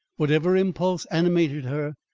whichever impulse animated her,